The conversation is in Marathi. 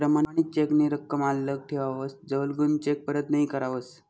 प्रमाणित चेक नी रकम आल्लक ठेवावस जवलगून चेक परत नहीं करावस